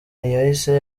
ntiyahise